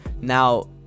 now